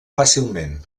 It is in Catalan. fàcilment